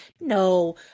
No